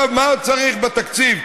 מה צריך בתקציב,